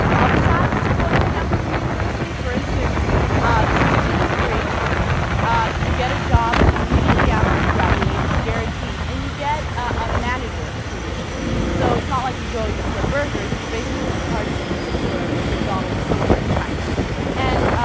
upside to going to hamburger university for instance ah. tuition is free ah. you get a job immediately after he graduated guaranteed and you get ah. manager position so it's not like you know and you flip burgers you basically and charge of a particular mcdonald's somewhere in china and ah.